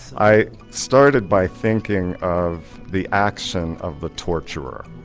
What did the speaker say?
i started by thinking of the action of the torturer.